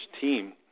team